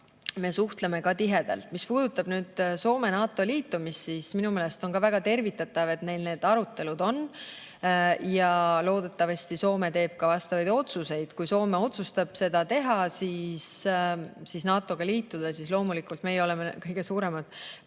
me suhtleme tihedalt. Mis puudutab Soome NATO‑ga liitumist, siis minu meelest on väga tervitatav, et neil need arutelud on. Loodetavasti teeb Soome ka vastavaid otsuseid. Kui Soome otsustab seda teha, NATO‑ga liituda, siis loomulikult me oleme kõige suuremad